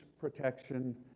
protection